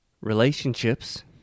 relationships